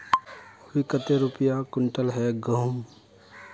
अभी कते रुपया कुंटल है गहुम?